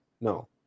no